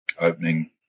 opening